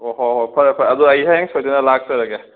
ꯑꯣ ꯍꯣꯏ ꯍꯣꯏ ꯐꯔꯦ ꯐꯔꯦ ꯑꯗꯣ ꯑꯩ ꯍꯌꯦꯡ ꯁꯣꯏꯗꯅ ꯂꯥꯛꯆꯔꯒꯦ